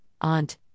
aunt